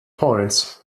points